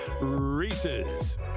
Reese's